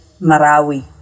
Marawi